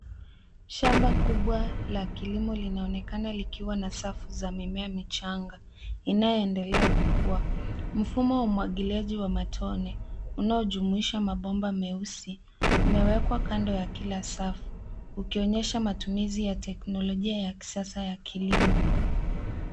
Shamba kubwa la kilimo linaonekana likiwa na safu za mimea michanga inayoendelea kukuwa. Mfumo wa umwagiliaji wa matone unaojumuisha mabomba meusi umewekwa kando ya kila safu ukionyesha matumizi ya teknolojia ya kisasa ya kilimo.